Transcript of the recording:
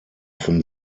von